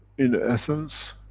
in essence,